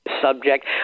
subject